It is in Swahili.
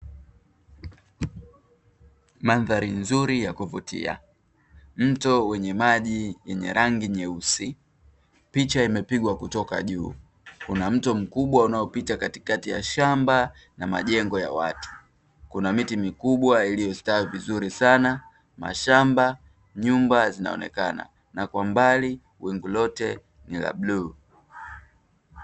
Mandhari nzuri ya kuvutia mto wenye maji yenye rangi nyeusi picha imepigwa kutoka juu, kuna mtu mkubwa unaopita katikati ya shamba na majengo ya watu, kuna miti mikubwa iliyostawi vizuri sana mashamba nyumba zinaonekana na kwa mbali wingu lote ni la bluu.